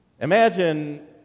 Imagine